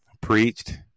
preached